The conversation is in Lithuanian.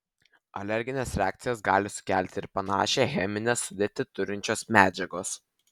alergines reakcijas gali sukelti ir panašią cheminę sudėtį turinčios medžiagos